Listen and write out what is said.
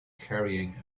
carrying